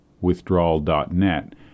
Withdrawal.net